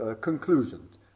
conclusions